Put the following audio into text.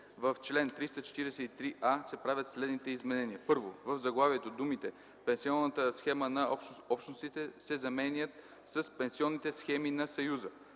В чл. 343а се правят следните изменения: 1. В заглавието думите „пенсионната схема на Общностите” се заменят с „пенсионните схеми на Съюза”.